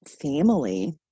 family